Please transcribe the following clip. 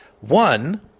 One